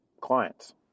clients